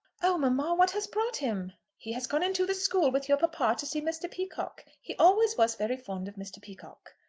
oh mamma, what has brought him? he has gone into the school with your papa to see mr. peacocke. he always was very fond of mr. peacocke.